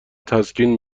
تسکین